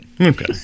Okay